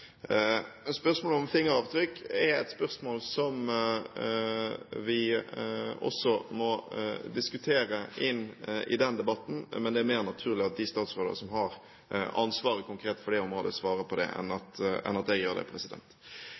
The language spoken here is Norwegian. Spørsmålet om fingeravtrykk må vi også diskutere i den debatten. Men det er mer naturlig at de statsrådene som konkret har ansvaret for det området, svarer på det, enn at jeg gjør det.